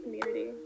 community